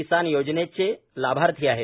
किसान योजनेचे लाभार्थी आहेत